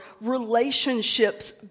relationships